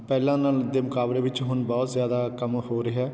ਪਹਿਲਾਂ ਨਾਲ ਦੇ ਮੁਕਾਬਲੇ ਵਿੱਚ ਹੁਣ ਬਹੁਤ ਜ਼ਿਆਦਾ ਕੰਮ ਹੋ ਰਿਹਾ